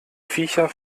viecher